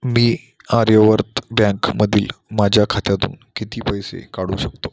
मी आर्यावर्त बँकेमधील माझ्या खात्यातून किती पैसे काढू शकतो